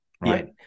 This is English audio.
Right